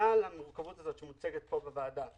בגלל המורכבות הזאת שמוצגת פה בוועדה,